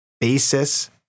basis